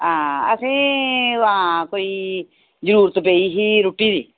हां असें हां कोई जरूरत पेई ही रुट्टी दी